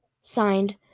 signed